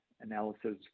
analysis